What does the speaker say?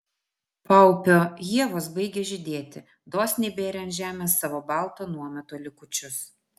paupio ievos baigė žydėti dosniai bėrė ant žemės savo balto nuometo likučius